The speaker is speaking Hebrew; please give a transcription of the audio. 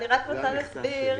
אני רוצה להסביר